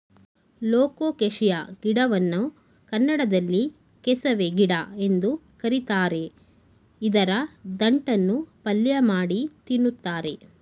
colocasia ಗಿಡವನ್ನು ಕನ್ನಡದಲ್ಲಿ ಕೆಸವೆ ಗಿಡ ಎಂದು ಕರಿತಾರೆ ಇದರ ದಂಟನ್ನು ಪಲ್ಯಮಾಡಿ ತಿನ್ನುತ್ತಾರೆ